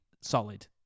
solid